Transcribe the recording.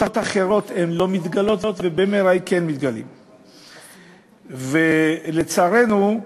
אחרות מתגלים בבדיקת .MRI לצערנו,